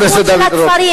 חבר הכנסת דוד רותם,